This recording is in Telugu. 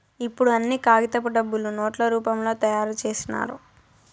ఇప్పుడు అన్ని కాగితపు డబ్బులు నోట్ల రూపంలో తయారు చేసినారు